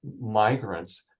migrants